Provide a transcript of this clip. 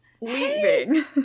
leaving